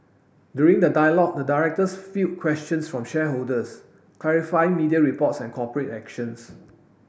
during the dialogue the directors field questions from shareholders clarifying media reports and corporate actions